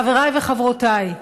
חבריי וחברותיי,